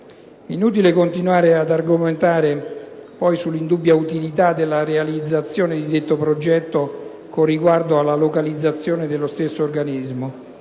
inutile continuare ad argomentare, poi, sull'indubbia utilità della realizzazione di detto progetto con riguardo alla localizzazione di tale organismo.